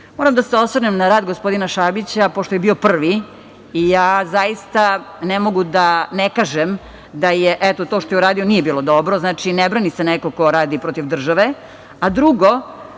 da se osvrnem na rad gospodina Šabića, pošto je bio prvi. Zaista ne mogu da ne kažem da to što je uradio nije bilo dobro. Znači, ne brani se neko ko radi protiv države, a drugo,